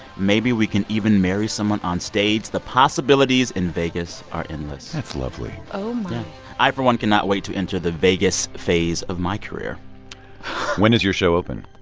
maybe we can even marry someone onstage. the possibilities in vegas are endless. that's lovely oh, my i, for one, cannot wait to enter the vegas phase of my career when does your show open.